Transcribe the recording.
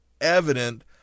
evident